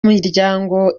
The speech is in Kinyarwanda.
miryango